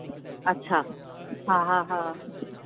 अच्छा हा हा हा